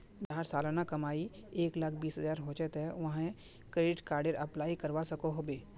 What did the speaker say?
जहार सालाना कमाई एक लाख बीस हजार होचे ते वाहें क्रेडिट कार्डेर अप्लाई करवा सकोहो होबे?